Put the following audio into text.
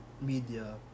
media